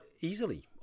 easily